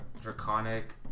Draconic